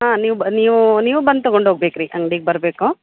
ಹಾಂ ನೀವು ಬ ನೀವು ನೀವು ಬಂದು ತೊಗೊಂಡೋಗ್ಬೇಕು ರೀ ಅಂಗ್ಡಿಗೆ ಬರಬೇಕು